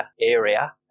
area